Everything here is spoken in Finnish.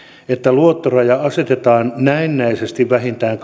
että luottoraja asetetaan näennäisesti vähintään